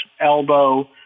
elbow